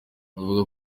avuga